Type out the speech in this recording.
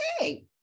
okay